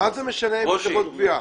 מה זה משנה שאין חברות גבייה?